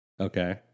Okay